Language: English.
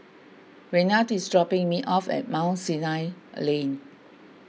Raynard is dropping me off at Mount Sinai Lane